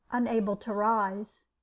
unable to rise.